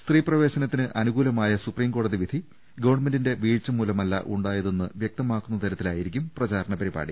സ്ത്രീ പ്രവേശനത്തിന് അനുകൂലമായ സുപ്രീം കോടതി വിധി ഗവൺമെന്റ് വീഴ്ച്ചമൂലമല്ല ഉണ്ടായതെന്ന് വൃക്തമാക്കുന്നതരത്തിലായിരിക്കും പ്രചാരണ പരിപാടി